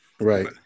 Right